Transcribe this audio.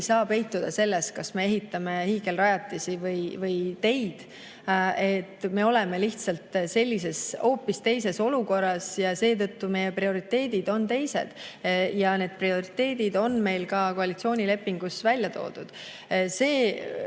saa peituda selles, et me ehitame hiigelrajatisi või teid. Me oleme lihtsalt hoopis teises olukorras ja seetõttu meie prioriteedid on teised. Ja need prioriteedid on meil ka koalitsioonilepingus välja toodud. Mis